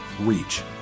reach